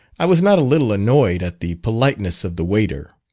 i was not a little annoyed at the politeness of the waiter.